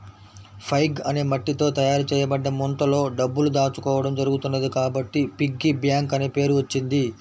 pig అనే మట్టితో తయారు చేయబడ్డ ముంతలో డబ్బులు దాచుకోవడం జరుగుతున్నది కాబట్టి పిగ్గీ బ్యాంక్ అనే పేరు వచ్చింది